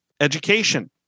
education